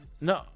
no